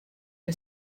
que